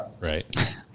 Right